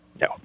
No